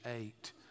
eight